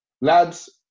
lads